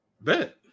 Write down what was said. Bet